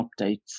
updates